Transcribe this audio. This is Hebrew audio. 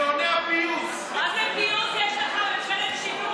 הפעם זה על אופורטוניזם.